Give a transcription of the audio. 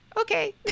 okay